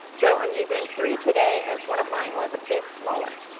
though i'm using three today, as one of mine was a bit smaller.